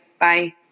Bye